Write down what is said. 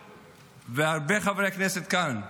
הרבה חברי כנסת כאן,